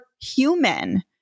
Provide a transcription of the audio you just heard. human